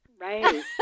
Right